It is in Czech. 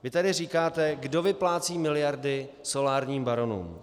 Vy tady říkáte, kdo vyplácí miliardy solárním baronům.